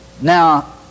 Now